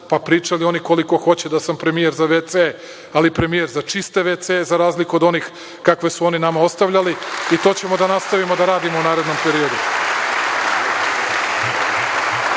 pa pričali oni koliko hoće da sam premijer za vc, ali premijer za čiste vc, za razliku od onih kakve su oni nama ostavljali i to ćemo da nastavimo da radimo u narednom periodu. Dobili